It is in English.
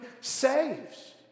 saves